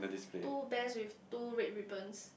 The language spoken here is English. two bears with two red ribbons